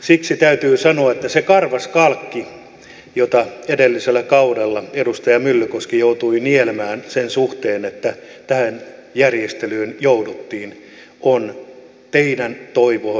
siksi täytyy sanoa että se karvas kalkki jota edellisellä kaudella edustaja myllykoski joutui nielemään sen suhteen että tähän järjestelyyn jouduttiin on teidän toivonne varassa